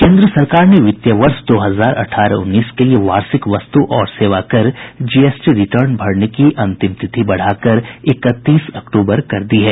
केन्द्र सरकार ने वित्त वर्ष दो हजार अठारह उन्नीस के लिये वार्षिक वस्तु और सेवाकर जीएसटी रिटर्न भरने की अंतिम तिथि बढ़ाकर इक्तीस अक्तूबर कर दी है